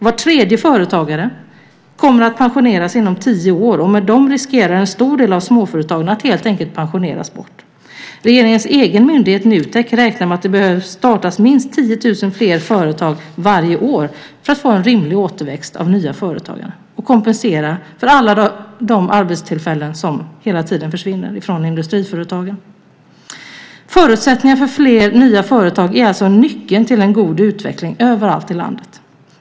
Var tredje företagare kommer att pensioneras inom tio år, och med dem riskerar en stor del av småföretagen att helt enkelt pensioneras bort. Regeringens egen myndighet Nutek räknar med att det behöver startas minst 10 000 fler företag varje år för att få en rimlig återväxt av nya företagare och för att kompensera för alla de arbetstillfällen som hela tiden försvinner från industriföretagen. Förutsättningarna för fler nya företag är alltså nyckeln till en god utveckling överallt i landet.